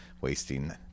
wasting